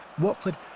Watford